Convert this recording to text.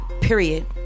period